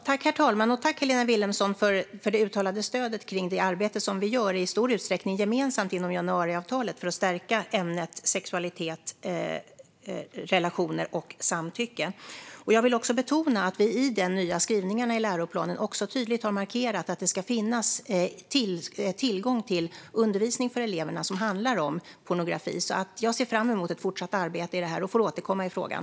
Herr talman! Tack, Helena Vilhelmsson, för det uttalade stödet för det arbete som vi gör - i stor utsträckning gemensamt inom januariavtalet - för att stärka ämnet sexualitet, relationer och samtycke! Jag vill betona att vi i de nya skrivningarna i läroplanen också tydligt har markerat att det ska finnas tillgång till undervisning för eleverna som handlar om pornografi. Jag ser fram emot ett fortsatt arbete i det här och får återkomma i frågan.